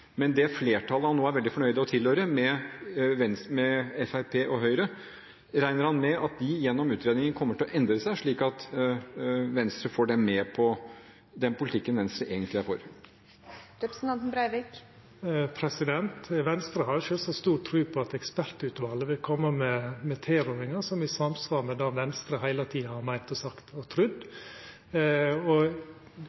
Men det flertallet han nå er veldig fornøyd med å tilhøre, med Fremskrittspartiet og Høyre, regner han med at det gjennom utredningen kommer til å endre seg, slik at Venstre får dem med på den politikken Venstre egentlig er for? Venstre har jo sjølvsagt stor tru på at ekspertutvalet vil koma med tilrådingar som vil samsvara med det Venstre heile tida har meint og sagt og